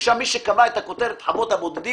ושם מי שקבע את הכותרת "חוות בודדים"